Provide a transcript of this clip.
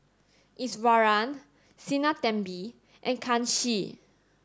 Iswaran Sinnathamby and Kanshi